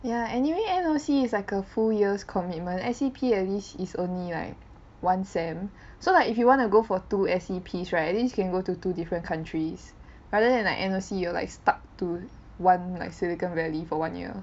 ya anyway N_O_C is like a full years commitment S_E_P a~ at least is only like one sem so like if you want to go for two S_E_Ps right at least you can go to two different countries rather than like N_O_C you're like stuck to one like Silicon Valley for one year